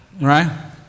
right